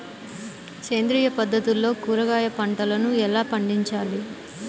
సేంద్రియ పద్ధతుల్లో కూరగాయ పంటలను ఎలా పండించాలి?